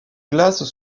glaces